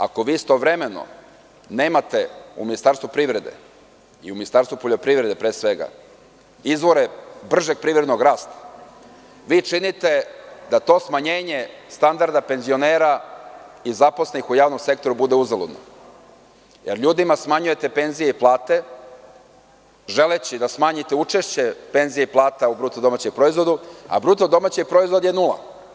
Ako vi istovremeno nemate u Ministarstvu privrede i Ministarstvu poljoprivrede, pre svega, izvore bržeg privrednog rasta, vi činite da to smanjenje standarda penzionera i zaposlenih u javnom sektoru bude uzaludno, jer ljudima smanjujete penzije i plate želeći da smanjite učešće penzija i plata u bruto domaćem proizvodu, a bruto domaći proizvod je nula.